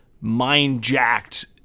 mind-jacked